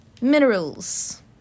Minerals